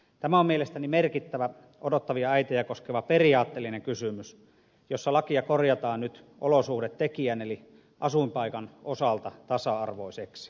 tämä on mielestäni merkittävä odottavia äitejä koskeva periaatteellinen kysymys jossa lakia korjataan nyt olosuhdetekijän eli asuinpaikan osalta tasa arvoiseksi